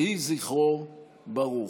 יהיו זכרו ברוך.